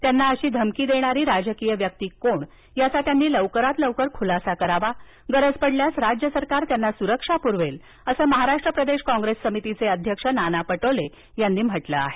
त्यांना अशी धमकी देणारी राजकीय व्यक्ती कोण याचा त्यांनी लवकरात लवकर खुलासा करावा गरज पडल्यास राज्य सरकार त्यांना सुरक्षा पुरवेल असं महाराष्ट्र प्रदेश काँग्रेस समितीचे अध्यक्ष नाना पटोले यांनी म्हटल आहे